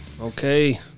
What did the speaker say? Okay